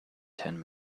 ten